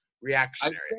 reactionary